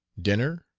dinner,